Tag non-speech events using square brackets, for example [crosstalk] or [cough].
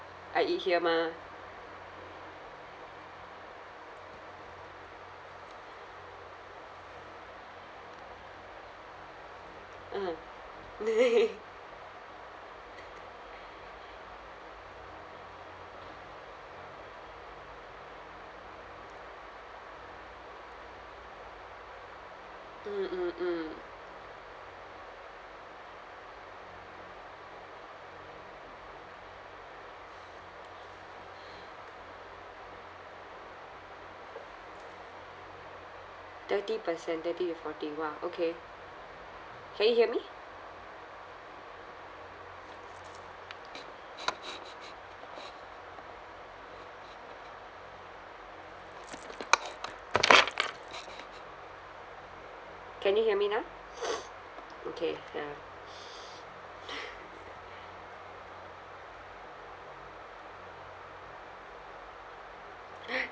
I eat here mah (uh huh) [laughs] mm mm mm thirty percent thirty to forty !wah! okay can you hear me can you hear me now [noise] okay ya [noise] [laughs]